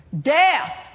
Death